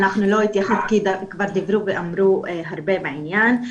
כבר דיברו ואמרו הרבה בעניין.